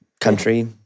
country